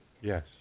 Yes